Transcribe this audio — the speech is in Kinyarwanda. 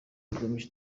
bigamije